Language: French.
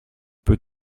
peux